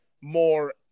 more